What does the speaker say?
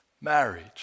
Marriage